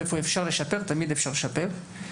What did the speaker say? ואיפה אפשר לשפר - תמיד אפשר לשפר.